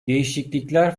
değişiklikler